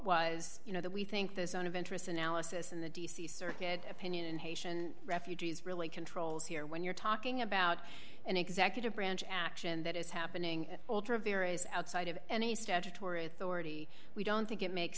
was you know that we think this unadventurous analysis in the d c circuit opinion haitian refugees really controls here when you're talking about an executive branch action that is happening ultra varies outside of any statutory authority we don't think it makes